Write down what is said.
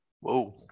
Whoa